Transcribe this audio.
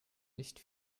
nicht